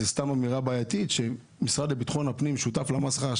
זאת אמירה בעייתית שמשרד ביטחון הפנים שותף למסחרה.